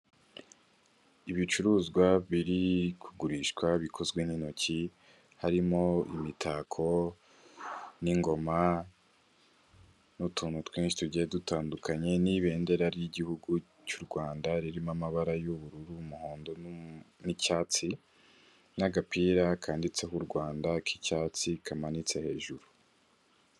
Ibicuruzwa biri kugurishwa bikozwe n'intoki, harimo imitako n'ingoma n'utuntu twinshi tugiye dutandukanye n'ibendera ryigihugu cy'u Rwanda ririmo amabara y'ubururu, umuhondo n'icyatsi n'agapira kandiditseho u Rwanda k'icyatsi kamanitse hejuru.